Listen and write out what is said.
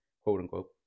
quote-unquote